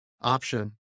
option